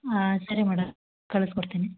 ಹಾಂ ಸರಿ ಮೇಡಮ್ ಕಳ್ಸ್ಕೊಡ್ತೀನಿ